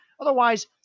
otherwise